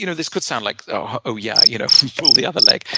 you know this could sound like, oh yeah, you know pull the other leg.